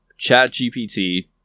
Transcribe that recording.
ChatGPT